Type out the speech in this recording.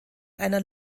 einer